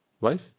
Wife